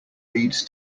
reeds